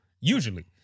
usually